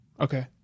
Okay